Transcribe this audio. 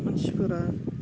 मानसिफोरा